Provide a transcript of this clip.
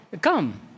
Come